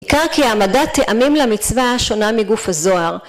‫בעיקר כי העמדת טעמים למצווה ‫השונה מגוף הזוהר.